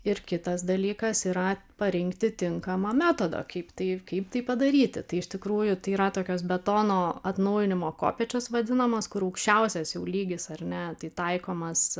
ir kitas dalykas yra parinkti tinkamą metodą kaip tai kaip tai padaryti tai iš tikrųjų tai yra tokios betono atnaujinimo kopėčios vadinamos kur aukščiausias jau lygis ar ne tai taikomas